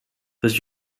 does